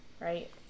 right